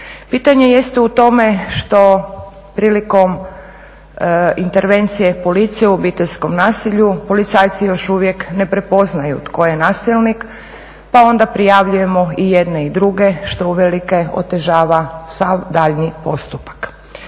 Pitanje jeste u tome što prilikom intervencije policije u obiteljskom nasilju policajci još uvijek ne prepoznaju tko je nasilnik pa onda prijavljujemo i jedne i druge, što uvelike otežava sav daljnji postupak.